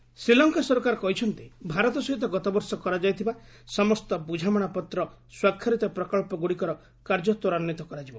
Sri Lanka MoU Sri Lanka ସରକାର କହିଛନ୍ତି ଭାରତ ସହିତ ଗତବର୍ଷ କରାଯାଇଥିବା ସମସ୍ତ ବୁଝାମଣା ପତ୍ର ସ୍ୱାକ୍ଷରିତ ପ୍ରକଚ୍ଚଗୁଡ଼ିକର କାର୍ଯ୍ୟ ତ୍ୱରାନ୍ୱିତ କରାଯିବ